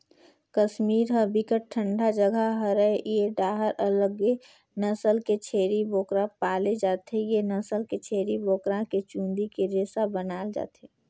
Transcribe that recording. कस्मीर ह बिकट ठंडा जघा हरय ए डाहर अलगे नसल के छेरी बोकरा पाले जाथे, ए नसल के छेरी बोकरा के चूंदी के रेसा बनाल जाथे